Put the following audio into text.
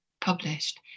published